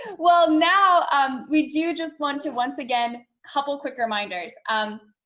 well now um we do just want to once again couple quick reminders. um,